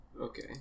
Okay